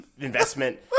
investment